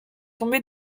tomber